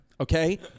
okay